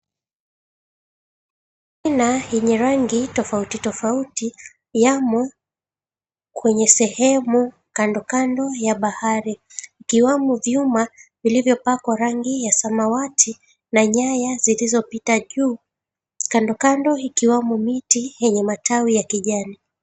...Yenye rangi tofauti tofauti yamo kwenye sehemu kandokando ya bahari, ikiwemo vyuma vilivyopakwa rangi ya samawati na nyaya zilizopita juu, kandokando ikiwemo miti yenye matawi ya kijani.